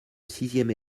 sixième